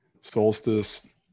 Solstice